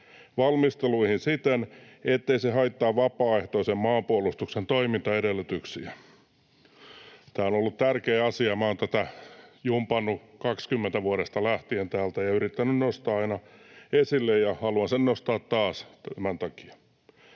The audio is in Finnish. valmisteluihin siten, ettei se haittaa vapaaehtoisen maanpuolustuksen toimintaedellytyksiä.” Tämä on ollut tärkeä asia, ja olen tätä jumpannut vuodesta 20 lähtien täällä ja yrittänyt nostaa aina esille, ja haluan sen nostaa taas tämän takia.